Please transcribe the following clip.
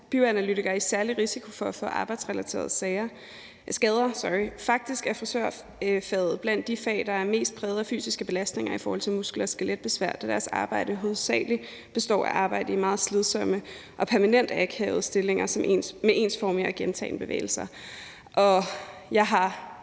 bioanalytikere i særlig risiko for at få arbejdsrelaterede skader. Faktisk er frisørfaget blandt de fag, der er mest præget af fysiske belastninger i forhold til muskel- og skeletbesvær, da deres arbejde hovedsagelig består af arbejde i meget slidsomme og permanent akavede stillinger med ensformige og gentagne bevægelser.